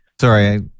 Sorry